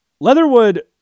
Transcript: Leatherwood